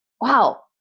Wow